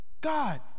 God